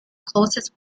closest